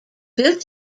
built